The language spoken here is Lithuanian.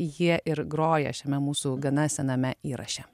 jie ir groja šiame mūsų gana sename įraše